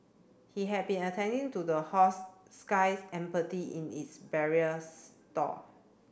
he had been attending to the horse skies empathy in its barrier stall